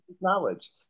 knowledge